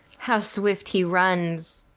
how swift he runs!